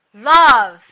love